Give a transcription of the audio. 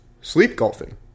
sleep-golfing